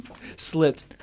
slipped